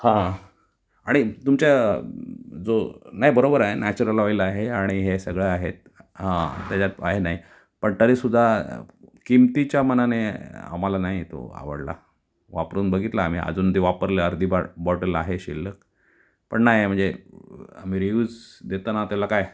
हां आणि तुमच्या जो नाही बरोबर आही नॅचरल ऑइल आहे आणि हे सगळं आहेत हां त्याच्यात काय नाही पण तरी सुद्धा किमतीच्या मानाने आम्हाला नाही तो आवडला वापरून बघितला आम्ही आजून ते वापरलं अर्धी बॉ बॉटल आहे शिल्लक पण नाही म्हणजे आम्ही रीव्ह्यूज देताना त्याला काय